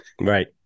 Right